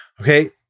Okay